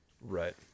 Right